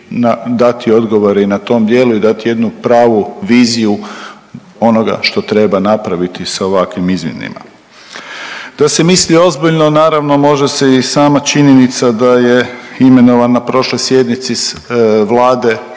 dati odgovore i na tom dijelu i dat jednu pravu viziju onoga što treba napraviti sa ovakvim izmjenama. Da se misli ozbiljno naravno može se i sama činjenica da je imenovan na prošloj sjednici Vlade